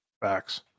Facts